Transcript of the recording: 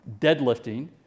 deadlifting